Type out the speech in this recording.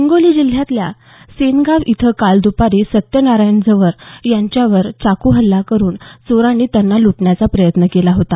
हिंगोली जिल्ह्यातल्या सेनगांव इथं काल व्यापारी सत्यनारायण झंवर यांच्यावर चाकूहल्ला करून चोरांनी त्यांना ल्टण्याचा प्रयत्न केला होता